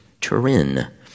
Turin